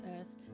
earth